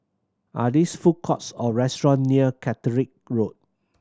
are these food courts or restaurant near Caterick Road